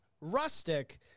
rustic